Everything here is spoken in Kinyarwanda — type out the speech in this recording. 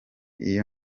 iyo